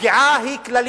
הפגיעה היא כללית.